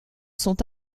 sont